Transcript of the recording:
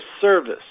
service